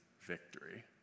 victory